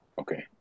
okay